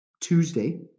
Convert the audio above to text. Tuesday